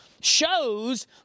shows